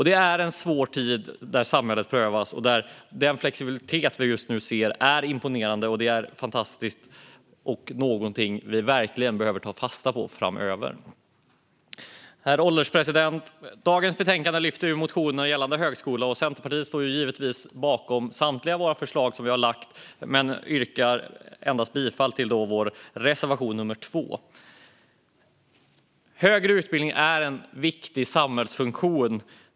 Det är en svår tid då samhället prövas. Den flexibilitet vi just nu ser är imponerande och fantastisk. Det här är någonting vi verkligen behöver ta fasta på framöver. Herr ålderspresident! I betänkandet behandlas motioner gällande högskolan. Vi i Centerpartiet står givetvis bakom samtliga av de förslag vi har lagt fram, men vi yrkar bifall endast till vår reservation nr 2. Högre utbildning är en viktig samhällsfunktion.